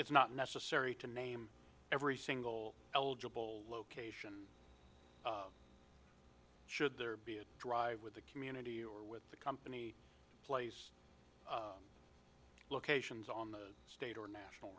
it's not necessary to name every single eligible location should there be a drive with the community or with the company place locations on the state or national